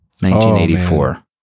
1984